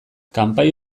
kanpai